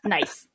Nice